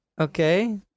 Okay